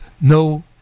no